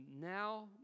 Now